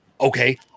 okay